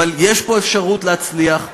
אבל יש פה אפשרות להצליח,